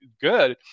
good